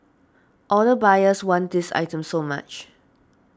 all the buyers wanted these items so much